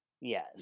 Yes